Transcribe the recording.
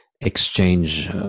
exchange